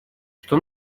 что